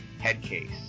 Headcase